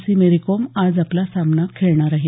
C Mary Kom आज आपला सामना खेळणार आहे